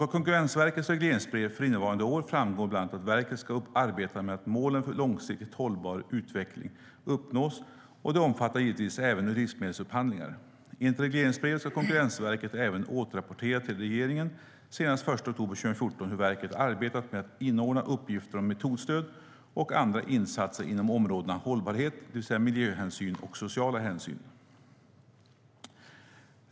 Av Konkurrensverkets regleringsbrev för innevarande år framgår bland annat att verket ska arbeta med att målen för långsiktigt hållbar utveckling uppnås, och det omfattar givetvis även livsmedelsupphandlingar. Enligt regleringsbrevet ska Konkurrensverket även återrapportera till regeringen senast den 1 oktober 2014 hur verket arbetat med att inordna uppgifter om metodstöd och andra insatser inom områdena för hållbarhet, det vill säga för miljöhänsyn och sociala hänsyn.